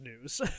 news